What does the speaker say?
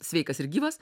sveikas ir gyvas